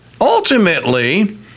ultimately